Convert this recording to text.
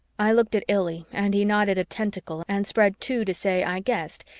i looked at illy and he nodded a tentacle and spread two to say, i guessed,